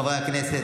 חברי הכנסת,